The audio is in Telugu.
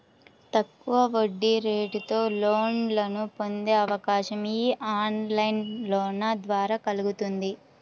తక్కువ వడ్డీరేటుతో లోన్లను పొందే అవకాశం యీ ఆన్లైన్ లోన్ల ద్వారా కల్గుతుంది